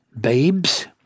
babes